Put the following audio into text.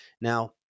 Now